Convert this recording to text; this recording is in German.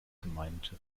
gemeinte